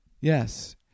Yes